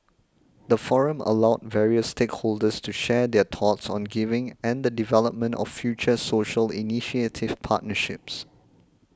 the forum allowed various stakeholders to share their thoughts on giving and the development of future social initiative partnerships